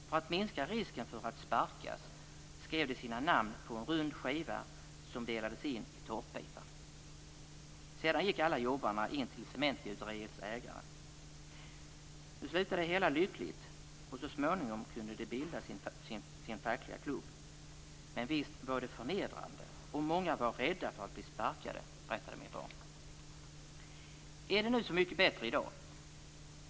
För att minska risken för att sparkas skrev de sina namn på en rund skiva som delades in i tårtbitar. Sedan gick alla jobbarna in till cementgjuteriets ägare. Nu slutade det hela lyckligt, och så småningom kunde de bilda sin fackliga klubb. Men visst var det förnedrande, och många var rädda för att bli sparkade, berättade min far. Är det då så mycket bättre i dag?